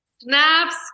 Snaps